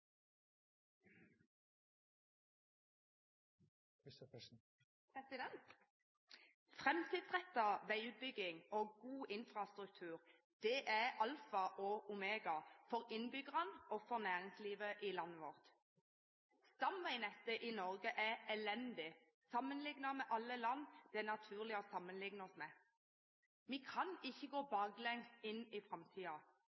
prioritering. Framtidsrettet veiutbygging og god infrastruktur er alfa og omega for innbyggerne og for næringslivet i landet vårt. Stamveinettet i Norge er elendig sammenliknet med alle land det er naturlig å sammenlikne seg med. Vi kan ikke gå